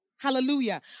Hallelujah